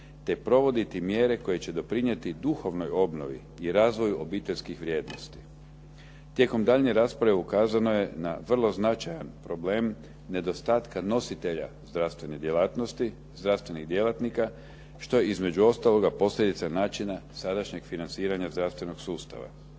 te provoditi mjere koje će doprinijeti duhovnoj obnovi i razvoju obiteljskih vrijednosti. Tijekom daljnje rasprave ukazano je na vrlo značajan problem nedostatka nositelja zdravstvene djelatnosti, zdravstvenih djelatnika što je između ostaloga posljedica načina sadašnjeg financiranja zdravstvenog sustava.